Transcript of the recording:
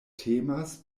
temas